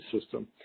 system